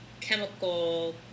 chemical